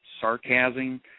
sarcasm